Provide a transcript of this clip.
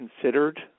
considered